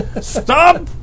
Stop